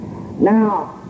now